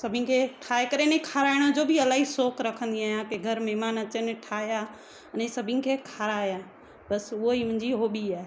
सभिनि खे ठाहे करे इन खाराइण जो बि इलाही सौक रखंदी आहियां की घर महिमान अचनि ठाहियां अने सभिनि खे खाराया बसि उहा ई मुंहिंजी हॉबी आहे